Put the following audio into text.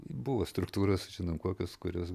buvo struktūros žinom kokios kurios